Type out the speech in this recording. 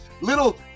little